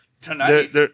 tonight